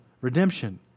redemption